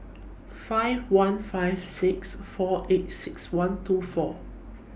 five one five six four eight six one two four